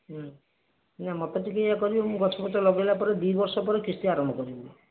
ହୁଁ ନାଇଁ ମୋତେ ଟିକେ ଇଏ କରିବେ ମୁଁ ଗଛପତ୍ର ଲଗେଇଲା ପରେ ଦୁଇ ବର୍ଷ ପରେ କିସ୍ତି ଆରମ୍ଭ କରିବୁ